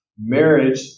Marriage